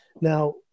Now